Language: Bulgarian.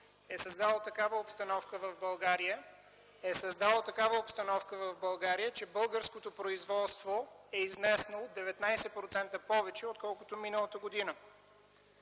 е създало такава обстановка в България, че българското производство е изнесло 19% повече отколкото миналата година.